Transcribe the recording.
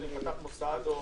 על מי שפתח מוסד או